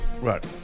Right